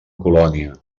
colònia